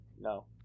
no